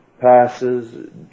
passes